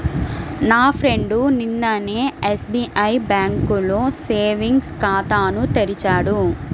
నా ఫ్రెండు నిన్ననే ఎస్బిఐ బ్యేంకులో సేవింగ్స్ ఖాతాను తెరిచాడు